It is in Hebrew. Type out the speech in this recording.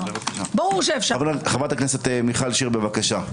חברת הכנסת מיכל שיר, בבקשה.